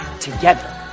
together